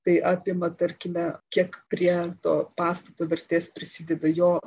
tai apima tarkime kiek prie to pastato vertės prisideda jo